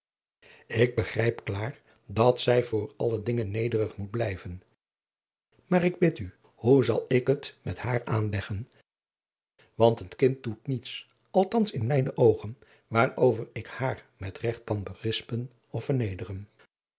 ik begrijp klaar dat zij voor alle dingen nederig moet blijven maar ik bid u hoe zal ik het met haar aanleggen want het kind doet niets althans in mijne oogen waarover ik haar met regt kan berispen of vernederen